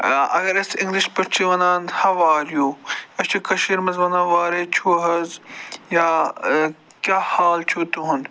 اگر أسۍ اِنٛگلِش پٲٹھۍ چھِ وَنان ہَو آر یوٗ أسۍ چھِ کٔشیٖرِ منٛز وَنان وارَے چھُو حظ یا کیٛاہ حال چھُو تُہُنٛد